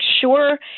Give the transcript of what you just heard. sure